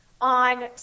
on